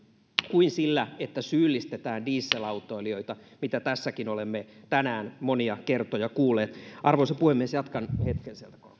kuin sillä että syyllistetään dieselautoilijoita mitä tässäkin olemme tänään monia kertoja kuulleet arvoisa puhemies jatkan hetken sieltä